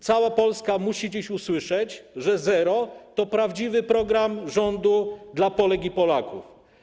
Cała Polska musi dziś usłyszeć, że zero to prawdziwy program rządu dla Polek i Polaków.